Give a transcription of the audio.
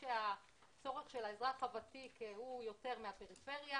שהצורך של האזרח הוותיק הוא יותר מהפריפריה,